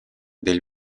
del